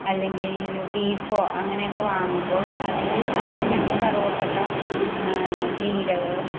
അല്ലെങ്കിൽ ബീഫോ അങ്ങനെയൊക്കെ വാങ്ങുമ്പോൾ അതിൽ ആണ് ഞങ്ങൾ കറുവപ്പട്ട ജീരകം